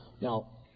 Now